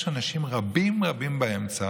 יש אנשים רבים רבים באמצע,